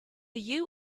you